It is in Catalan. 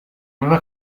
meva